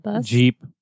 Jeep